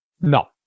No